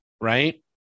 Right